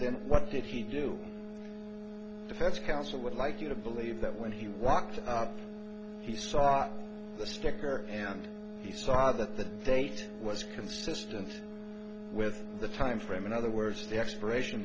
them what did he do defense counsel would like you to believe that when he walked up he saw the sticker and he saw that the state was consistent with the time frame in other words the expiration